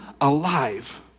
alive